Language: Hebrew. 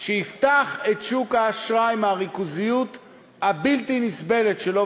שיפתח את שוק האשראי מהריכוזיות הבלתי-נסבלת שלו,